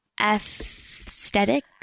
aesthetic